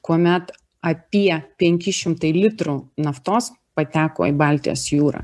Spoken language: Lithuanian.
kuomet apie penki šimtai litrų naftos pateko į baltijos jūrą